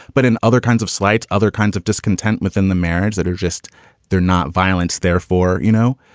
but in other kinds of slights, other kinds of discontent within the marriage that are just there, not violence. therefore, you know,